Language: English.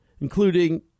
including